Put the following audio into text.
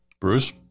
Bruce